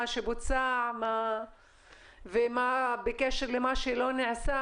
מה שבוצע ובקשר למה שלא נעשה,